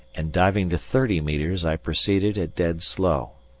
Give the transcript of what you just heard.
and diving to thirty metres i proceeded at dead slow.